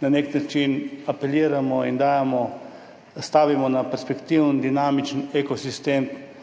na nek način apeliramo in dajemo, stavimo na perspektiven, dinamičen ekosistem